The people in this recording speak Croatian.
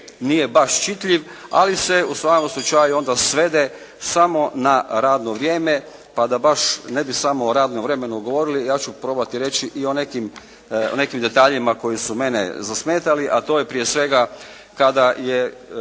nije baš čitljiv, ali se u svakom slučaju onda svede samo na radno vrijeme pa da baš ne bi samo o radnom vremenu govorili, ja ću probati reći i o nekim detaljima koji su mene zasmetali, a to je prije svega kada je